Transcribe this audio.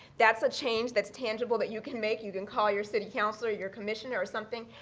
that's a change that's tangible that you can make. you can call your city councilor, your commissioner or something,